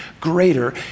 greater